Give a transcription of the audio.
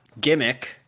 gimmick